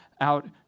out